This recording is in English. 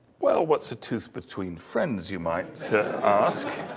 well what's a tooth between friends you might ask.